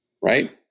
right